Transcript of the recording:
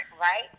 right